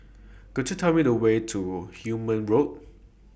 Could YOU Tell Me The Way to Hume Avenue